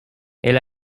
elle